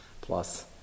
plus